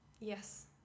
Yes